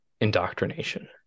indoctrination